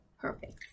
perfect